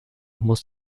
muss